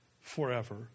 forever